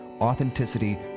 authenticity